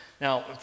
Now